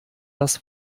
das